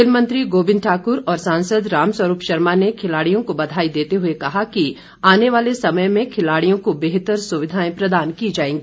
खेल मंत्री गोबिंद ठाक्र और सांसद रामस्वरुप शर्मा ने खिलाडियों को बधाई देते हुए कहा कि आने वाले समय में खिलाडियों को बेहतर सुविधाएं प्रदान की जाएगी